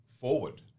forward